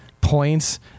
points